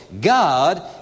God